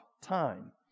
time